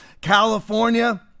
California